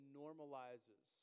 normalizes